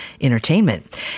Entertainment